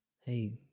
hey